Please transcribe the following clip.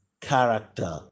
character